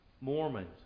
Mormons